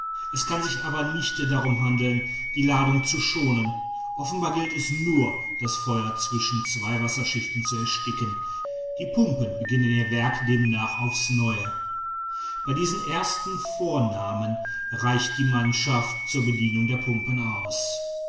es kann sich aber nicht darum handeln die ladung zu schonen offenbar gilt es nur das feuer zwischen zwei wasserschichten zu ersticken die pumpen beginnen ihr werk demnach auf's neue bei diesen ersten vornahmen reichen die mannschaften zur bedienung der pumpen aus